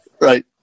Right